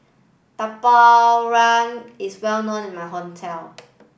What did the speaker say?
Tapak is well known in my hometown